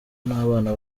n’abana